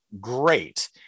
great